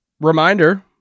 reminder